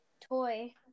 toy